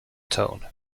tone